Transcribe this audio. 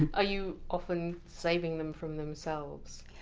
are you often saving them from themselves?